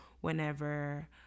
whenever